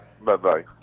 Bye-bye